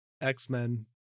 X-Men